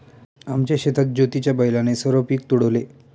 आमच्या शेतात ज्योतीच्या बैलाने सर्व पीक तुडवले